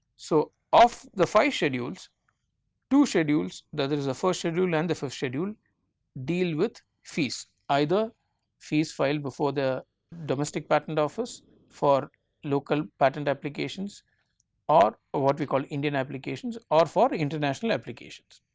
so, of the five schedules two schedules that is the first schedule and the fifth schedule deal with fees either fees file before the domestic patent office for local patent applications or or what we call indian applications or for international applications.